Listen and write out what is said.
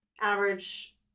average